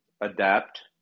adapt